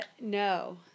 No